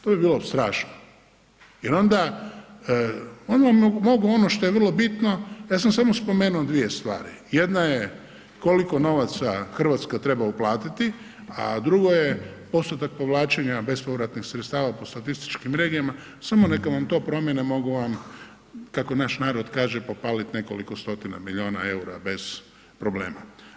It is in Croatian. To bi bilo strašno jer onda, onda mogu ono što je vrlo bitno, ja sam samo spomenuo dvije stvari, jedna je koliko novaca RH treba uplatiti, a drugo je postotak povlačenja bespovratnih sredstava po statističkim regijama, samo neka vam to promijene mogu vam, kako naš narod kaže, popalit nekoliko stotina milijuna EUR-a bez problema.